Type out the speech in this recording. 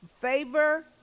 favor